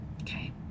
Okay